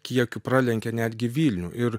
kiekiu pralenkia netgi vilnių ir